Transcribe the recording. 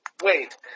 Wait